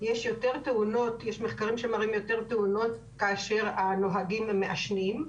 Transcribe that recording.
יש מחקרים שמראים יותר תאונות כאשר הנוהגים מעשנים.